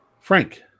Frank